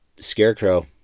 Scarecrow